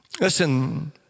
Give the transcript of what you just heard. Listen